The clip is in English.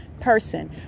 person